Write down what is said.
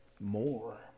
more